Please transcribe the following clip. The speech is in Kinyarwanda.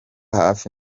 hafi